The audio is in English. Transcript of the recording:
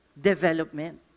development